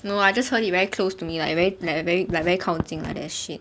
no I just heard it very close to me like very like very like very 靠近 like that shit